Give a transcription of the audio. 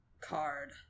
card